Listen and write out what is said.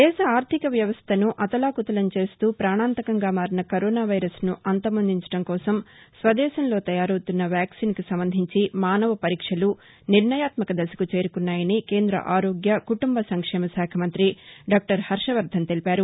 దేశ ఆర్లిక వ్యవస్లను అతలాకుతలం చేస్తూ ప్రాణాంతకంగా మారిన కరోనా వైరస్ ను అంతమొందించడం కోసం స్వదేశంలో తయారవుతున్న వ్యాక్సిన్ కు సంబంధించి మానవ పరీక్షలు నిర్ణయాత్మక దశకు చేరుకున్నాయని కేంద్ర ఆరోగ్య కుటుంబసంక్షేమ శాఖ మంతి డాక్టర్ హర్షవర్దన్ తెలిపారు